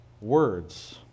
Words